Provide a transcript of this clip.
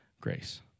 grace